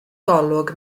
golwg